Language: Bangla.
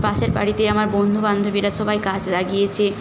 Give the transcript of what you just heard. পাশের বাড়িতে আমার বন্ধু বান্ধবীরা সবাই গাছ লাগিয়েছে